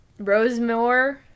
Rosemore